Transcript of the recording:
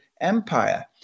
empire